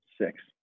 Six